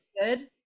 good